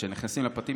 כשנכנסים לפרטים,